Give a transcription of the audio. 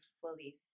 fully